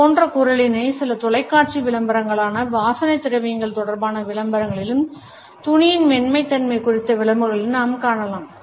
இது போன்ற குரலினை சில தொலைக்காட்சி விளம்பரங்களான வாசனை திரவியங்கள் தொடர்பான விளம்பரங்களிலும் துணியின் மென்மைத் தன்மை குறித்த விளம்பரங்களிலும் நாம் காணலாம்